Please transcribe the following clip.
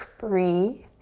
breathe.